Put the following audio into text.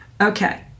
Okay